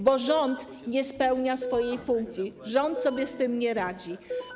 Bo rząd nie spełnia swojej funkcji, rząd sobie z tym nie radzi.